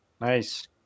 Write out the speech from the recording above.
Nice